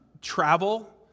travel